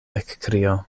ekkrio